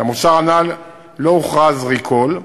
למוצר הנ"ל לא הוכרז recall.